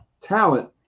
talent